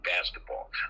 basketball